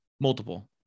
Multiple